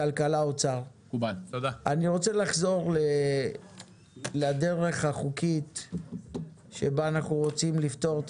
אני רוצה לחזור לדרך החוקית שבה אנחנו רוצים לפתור את